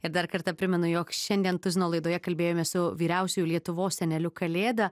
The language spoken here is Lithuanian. ir dar kartą primenu jog šiandien tuzino laidoje kalbėjomės su vyriausiuoju lietuvos seneliu kalėda